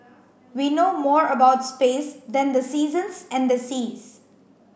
we know more about space than the seasons and the seas